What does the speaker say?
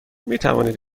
میتوانید